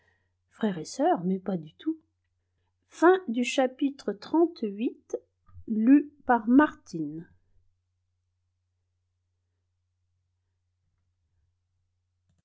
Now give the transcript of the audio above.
frère et sœur mais pas du tout